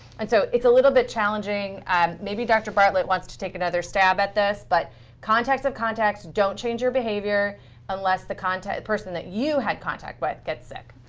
and so it's a little bit challenging. um maybe dr. bartlett wants to take another stab at this. but contacts of contacts don't change your behavior unless the person that you had contact with gets sick.